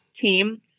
team